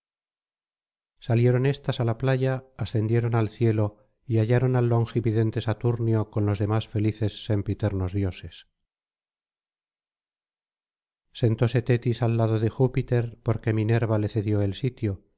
salieron éstas á la playa ascendieron al cielo y hallaron al longividente saturnio con los demás felices sempiternos dioses sentóse tetis al lado de júpiter porque minerva le cedió el sitio